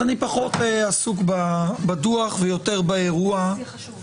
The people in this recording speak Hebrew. אז אני פחות עסוק בדוח ויותר באירוע